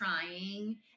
trying